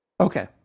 Okay